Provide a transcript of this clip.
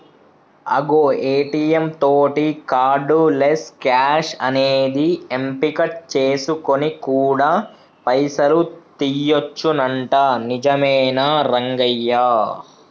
అగో ఏ.టీ.యం తోటి cardless cash అనేది ఎంపిక చేసుకొని కూడా పైసలు తీయొచ్చునంట నిజమేనా రంగయ్య